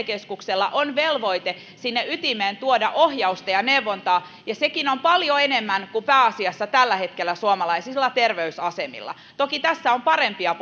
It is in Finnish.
keskuksella on velvoite sinne ytimeen tuoda ohjausta ja neuvontaa ja sekin on paljon enemmän kuin tällä hetkellä suomalaisilla terveysasemilla pääasiassa toki tästä on parempia